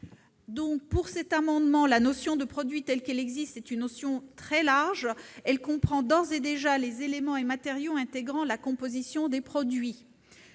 de ces amendements. La notion de produits telle qu'elle existe est une notion très large : elle comprend d'ores et déjà les éléments et matériaux intégrant la composition des produits.